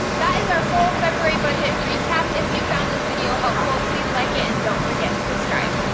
that is our full february budget recap. if you found this video helpful please like it and don't forget to subscribe.